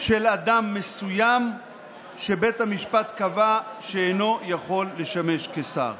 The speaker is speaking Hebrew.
של אדם מסוים שבית המשפט קבע שאינו יכול לשמש כשר.